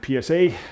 PSA